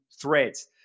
Threads